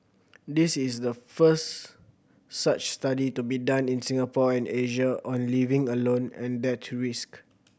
this is the first such study to be done in Singapore and Asia on living alone and death to risk